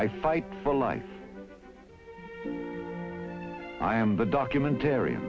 i fight for life i am the documentar